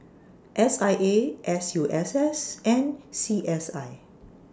S I A S U S S and C S I